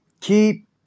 Keep